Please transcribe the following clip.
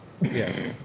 Yes